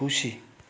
खुसी